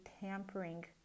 tampering